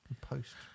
post